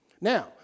Now